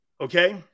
Okay